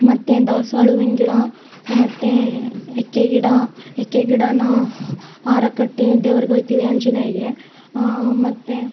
ಮತ್ತು ದಾಸವಾಳ ಹೂವಿನ ಗಿಡ ಮತ್ತು ಎಕ್ಕೆ ಗಿಡ ಎಕ್ಕೆ ಗಿಡ ಹಾರ ಕಟ್ಟಿ ದೇವರಿಗೆ ಓಯ್ತಿವಿ ಆಂಜನೇಯಗೆ ಮತ್ತು